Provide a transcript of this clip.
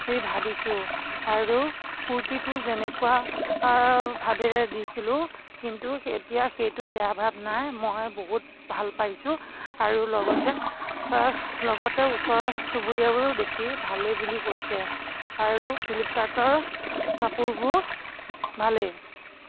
ভাবিছোঁ আৰু কুৰ্তিটোৰ যেনেকুৱা ভাবেৰে দিছিলোঁ কিন্তু এতিয়া সেইটো বেয়া ভাব নাই মই বহুত ভাল পাইছোঁ আৰু লগতে লগতে ওচৰ চুবুৰীয়াবোৰো দেখি ভালেই বুলি কৈছে আৰু ফিলিপকাৰ্টৰ কাপোৰবোৰ ভালেই